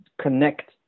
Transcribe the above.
connect